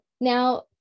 Now